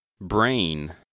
Brain